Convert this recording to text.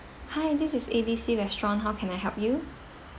hi this is A B C restaurant how can I help you